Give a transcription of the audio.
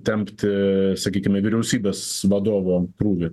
tempti sakykime vyriausybės vadovo krūvį